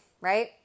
Right